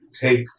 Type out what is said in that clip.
take